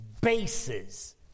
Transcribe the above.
bases